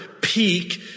peak